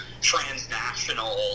transnational